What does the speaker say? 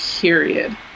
period